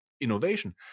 innovation